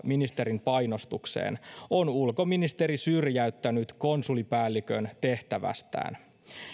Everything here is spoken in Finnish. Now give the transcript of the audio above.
ministerin painostukseen on ulkoministeri syrjäyttänyt konsulipäällikön tehtävästään